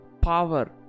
power